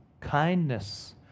kindness